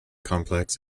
complex